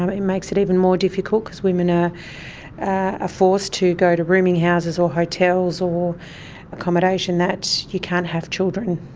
um it makes it even more difficult because women are ah ah forced to go to rooming houses or hotels or accommodation that you can't have children,